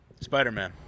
Spider-Man